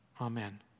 Amen